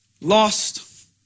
lost